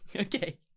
okay